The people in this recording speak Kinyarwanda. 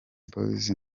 boys